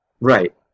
Right